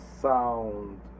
sound